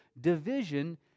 division